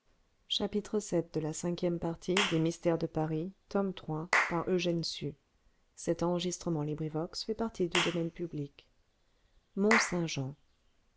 by eugène sue